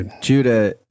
Judah